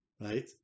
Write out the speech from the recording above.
right